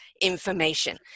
information